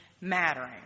mattering